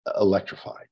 electrified